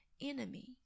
enemy